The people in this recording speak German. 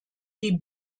die